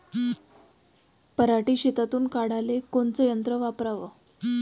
पराटी शेतातुन काढाले कोनचं यंत्र वापराव?